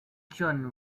chun